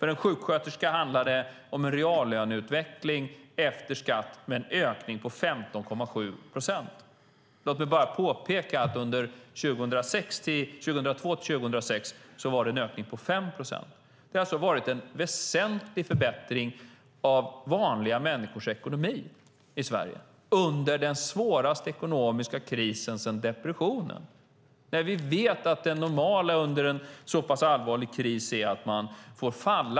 För en sjuksköterska handlar det om en reallöneökning efter skatt på 15,7 procent. Låt mig bara påpeka att under 2002-2006 var det en ökning på 5 procent. Det har alltså varit en väsentlig förbättring av vanliga människors ekonomi i Sverige under den svåraste ekonomiska krisen sedan depressionen.